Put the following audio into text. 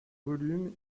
volume